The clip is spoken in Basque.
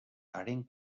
haren